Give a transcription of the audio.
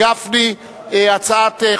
זאת אומרת,